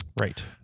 Right